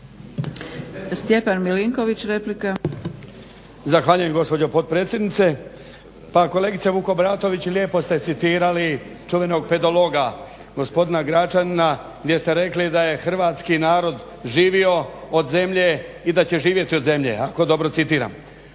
Stjepan (HDZ)** Zahvaljujem gospođo potpredsjednice. Pa kolegice Vukobratović, lijepo ste citirali čuvenog pedologa gospodina Gračanina gdje ste rekli da je hrvatski narod živio od zemlje i da će živjeti od zemlje ako dobro citira.